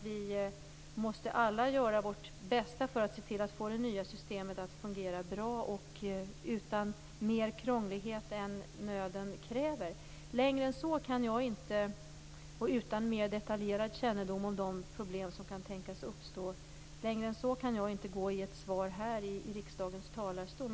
Vi måste alla göra vårt bästa för att se till att få det nya systemet att fungera bra och utan mer krångligheter än nöden kräver. Längre än så kan jag inte, utan mer detaljerad kännedom om de problem som kan tänkas uppstå, gå i ett svar från riksdagens talarstol.